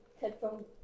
headphone